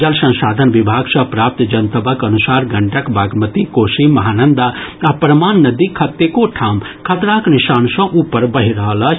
जल संसाधन विभाग सॅ प्राप्त जनतबक अनुसार गंडक बागमती कोसी महानंदा आ परमान नदी कतेको ठाम खतराक निशान सॅ ऊपर बहि रहल अछि